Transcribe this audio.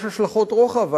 יש השלכות רוחב,